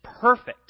perfect